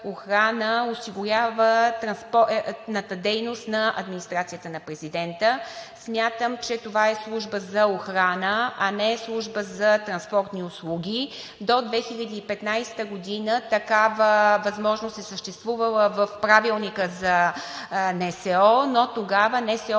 охрана осигурява транспортната дейност на администрацията на президента. Смятам, че това е служба за охрана, а не е служба за транспортни услуги. До 2015 г. такава възможност е съществувала в Правилника на НСО, но тогава НСО